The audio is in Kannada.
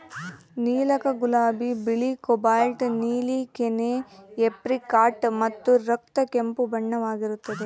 ನೀಲಕ ಗುಲಾಬಿ ಬಿಳಿ ಕೋಬಾಲ್ಟ್ ನೀಲಿ ಕೆನೆ ಏಪ್ರಿಕಾಟ್ ಮತ್ತು ರಕ್ತ ಕೆಂಪು ಬಣ್ಣವಾಗಿರುತ್ತದೆ